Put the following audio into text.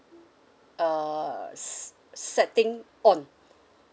uh s~ setting on